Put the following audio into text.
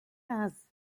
has